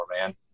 man